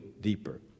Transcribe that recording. deeper